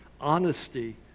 honesty